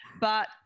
But-